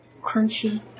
crunchy